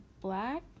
black